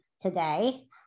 today